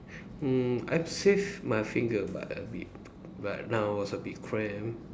mm I save my finger but a bit but now was a bit cramp